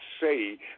say